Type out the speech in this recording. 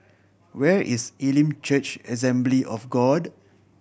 where is Elim Church Assembly of God